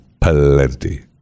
Plenty